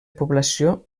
població